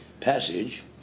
passage